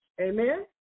Amen